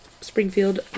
Springfield